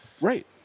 Right